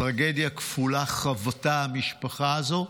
טרגדיה כפולה חוותה המשפחה הזו.